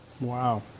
Wow